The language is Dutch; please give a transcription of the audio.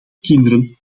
kinderen